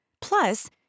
Plus